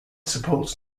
supports